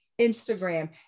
Instagram